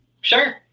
Sure